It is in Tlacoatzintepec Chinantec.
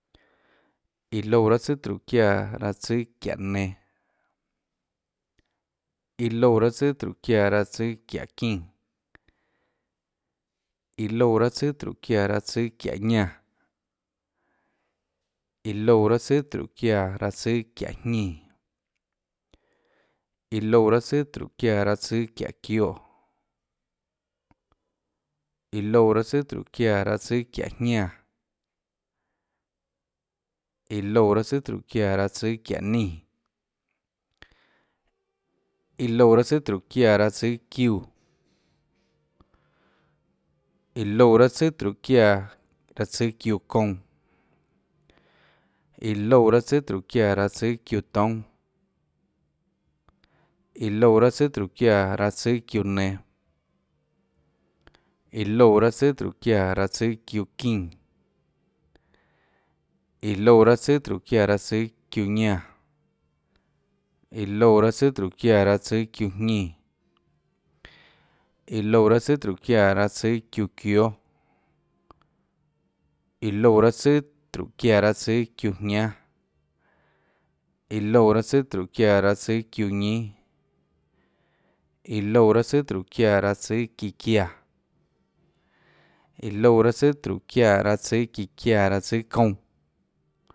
Iã loúã raâ tsùàtróhå çiáã tsùâ çiáhå nenå, iã loúã raâ tsùàtróhå çiáã tsùâ çiáhå çínã, iã loúã raâ tsùàtróhå çiáã tsùâ çiáhå ñánã, iã loúã raâ tsùàtróhå çiáã tsùâ çiáhå jñínã, iã loúã raâ tsùàtróhå çiáã tsùâ çiáhå çioè, iã loúã raâ tsùàtróhå çiáã tsùâ çiáhå jñánã, iã loúã raâ tsùàtróhå çiáã tsùâ çiáhå ñínâ, iã loúã raâ tsùà tróhå çiáã tsùâ çiúã, iã loúã raâ tsùàtróhå çiáã tsùâ çiúã kounã, iã loúã raâ tsùà tróhå çiáã tsùâ çiúã toúnâ, iã loúã raâ tsùà tróhå çiáã tsùâ çiúã nenå, iã loúã raâ tsùà tróhå çiáã tsùâ çiúã çínã, iã loúã raâ tsùàtróhå çiáã tsùâ çiúã ñánã, iã loúã raâ tsùà tróhå çiáã tsùâ çiúã jñínã, iã loúã raâ tsùà tróhå çiáã tsùâ çiúã çióâ. iã loúã raâ tsùà tróhå çiáã tsùâ çiúãjñánâ, iã loúã raâ tsùàtróhå çiáã tsùâ ñínâ, iã loúã raâ tsùà tróhå çiáã tsùà çiã çiáã, iã loúã raâ tsùàtróhå çiáã tsùâ çíã çiáã raâ tsùâ kounã.